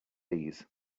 these